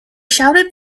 shouted